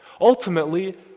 ultimately